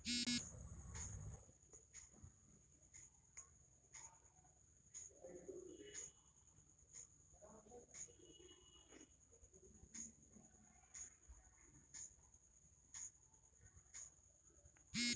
फसल जरुर बचि जाइ छै कीरामार छीटलासँ मुदा मनुखक स्वास्थ्य लेल कीरामार हानिकारक होइ छै